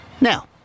Now